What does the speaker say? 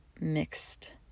mixed